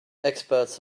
experts